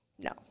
No